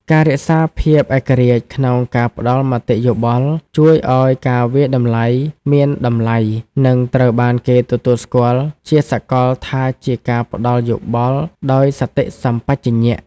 ការរក្សាភាពឯករាជ្យក្នុងការផ្តល់មតិយោបល់ ជួយឱ្យការវាយតម្លៃមានតម្លៃ និងត្រូវបានគេទទួលស្គាល់ជាសកលថាជាការផ្តល់យោបល់ដោយសតិសម្បជញ្ញៈ។